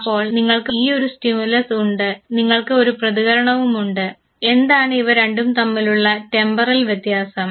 അപ്പോൾ നിങ്ങൾക്ക് ഈയൊരു സ്റ്റിമുലസ് ഉണ്ട് നിങ്ങൾക്ക് പ്രതികരണവുമുണ്ട് എന്താണ് ഇവ രണ്ടും തമ്മിലുള്ള ടെമ്പറൽ വ്യത്യാസം